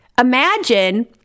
imagine